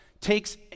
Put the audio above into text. takes